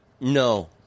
no